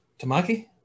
Tamaki